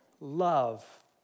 love